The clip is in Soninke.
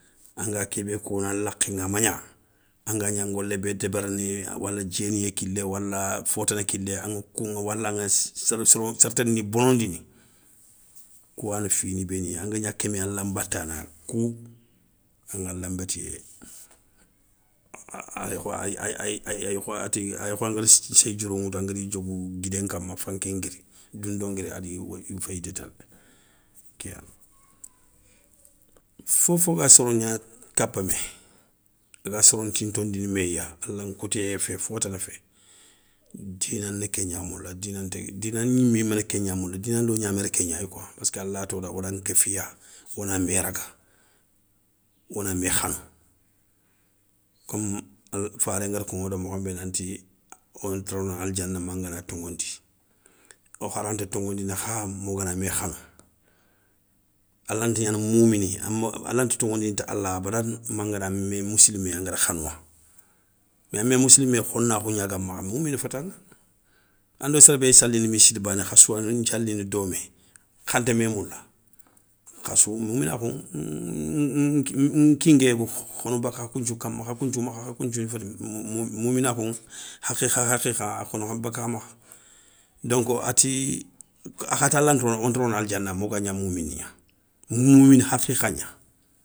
Anga kébé kono a lakhéŋa a magna, anga gna ngolé bé débérini wala diéniyé kilé wala fo tana kilé aŋa kouŋa walaŋa séré tanani bonondini, kouwani fini béni angan gna kémé alanbatana kou aŋala nbétiyé ayikho angada séyi diouro ŋoutou angari diogou guidé nkama, fanké nguiri, doundo nguiri adi woy féyindi tél ké yani. Fofo ga soro gna kapamé, aga soro ntintondini méya alan koutiyé fé fotana fé, dina na kégna moula, dina gnimé yimé na kégna moula, dina ndo gnaméri kégnay kouwa paskalato da wo nan kéfiya wona mé raga, wona mé khanou, komou al faré ngada koŋoda mokho nbé nanti, wonto rono aldiana mangana toŋondi. O kha ranta toŋondini kha mo gana mé khanou. Alanta gnana moumini, alanta toŋondini ti ala abadane mangada mé missilmé angada khanouwa. Mais amé moussilmé khonakhou gnagamakha moumini fétaŋa. Ando séré béyi salini missidé bané khassou ya nthialini domé khanta mé moula, khassou mouminakhou nkingué khonou baka khakou nthiou khama khakou nthiou makha, khakou nthiou féti mouminakhouŋa. hakhikha hakhikha a khono kha bakka kha makha. Donk ati a khatala nta rono wonta rono aldiana moga gna moumini gna, moumini hakhikha gna.